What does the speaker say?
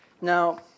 Now